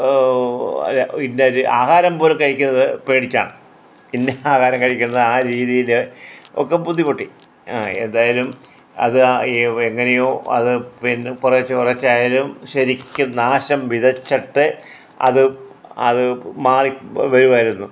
ഇന്ന ഒരു ആഹാരം പോലും കഴിക്കുന്നത് പേടിച്ചാണ് ഇന്ന ആഹാരം കഴിക്കുന്ന ആ രീതിയിൽ ഒക്കെ ബുദ്ധിമുട്ടി ആ എന്തായാലും അത് ആ എങ്ങനെയോ അത് പിന്നെ കുറേച്ചെ കുറേച്ചെ ആയാലും ശരിക്കും നാശം വിതച്ചിട്ട് അത് അത് മാറി വരുമായിരുന്നു